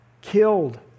killed